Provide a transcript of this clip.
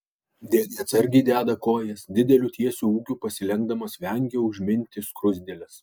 dėdė atsargiai deda kojas dideliu tiesiu ūgiu pasilenkdamas vengia užminti skruzdėles